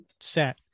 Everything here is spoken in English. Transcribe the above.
set